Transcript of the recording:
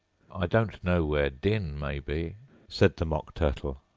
i don't know where dinn may be said the mock turtle,